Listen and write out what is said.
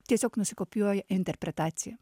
tiesiog nusikopijuoja interpretaciją